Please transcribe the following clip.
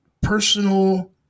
personal